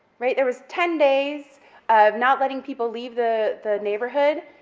right, there was ten days of not letting people leave the the neighborhood,